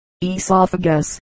Esophagus